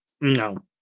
No